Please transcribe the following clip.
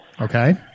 Okay